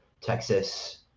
Texas